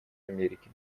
америки